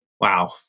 Wow